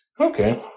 Okay